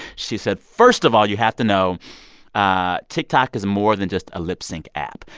she said, first of all, you have to know ah tiktok is more than just a lip-sync app.